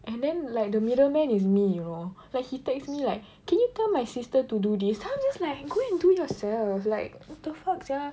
and then like the middleman is me you know like he texts me like can you tell my sister to do this then I'm just like go and do yourself like what the fuck sia